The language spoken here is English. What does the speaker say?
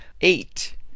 eight